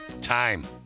Time